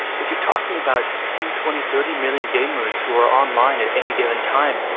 but you're talking about ten, twenty, thirty million gamers who are online at any given time,